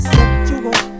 Sexual